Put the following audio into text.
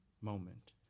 moment